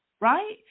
right